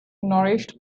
nourished